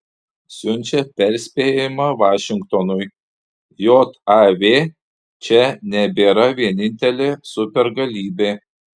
siunčia perspėjimą vašingtonui jav čia nebėra vienintelė supergalybė